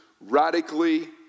radically